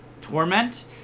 Torment